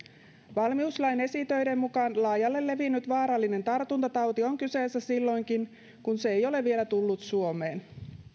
valmiuslain esitöiden mukaan laajalle levinnyt vaarallinen tartuntatauti on kyseessä silloinkin kun se ei ole vielä tullut suomeen